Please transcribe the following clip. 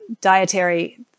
dietary